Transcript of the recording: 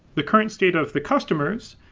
the current state of the customers,